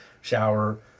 Shower